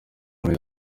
muri